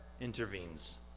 intervenes